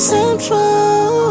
Central